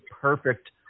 perfect